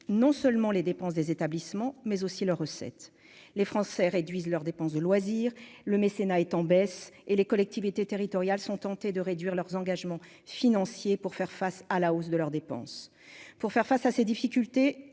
non seulement les dépenses des établissements mais aussi leurs recettes, les Français réduisent leurs dépenses de loisir, le mécénat est en baisse et les collectivités territoriales sont tentés de réduire leurs engagements financiers pour faire face à la hausse de leurs dépenses pour faire face à ces difficultés,